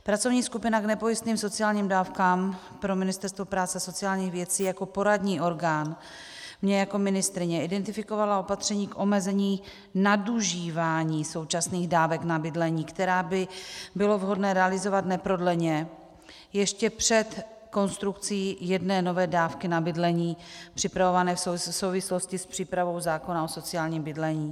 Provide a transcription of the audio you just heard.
Pracovní skupina k nepojistným sociálních dávkám pro Ministerstvo práce a sociálních věcí jako poradní orgán mně jako ministryni identifikovala opatření k omezení nadužívání současných dávek na bydlení, která by bylo vhodné realizovat neprodleně ještě před konstrukcí jedné nové dávky na bydlení připravované v souvislosti s přípravou zákona o sociálním bydlení.